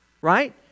Right